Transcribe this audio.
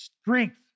strength